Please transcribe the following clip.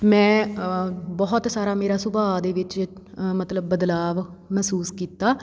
ਮੈਂ ਬਹੁਤ ਸਾਰਾ ਮੇਰਾ ਸੁਭਾਅ ਦੇ ਵਿੱਚ ਮਤਲਬ ਬਦਲਾਵ ਮਹਿਸੂਸ ਕੀਤਾ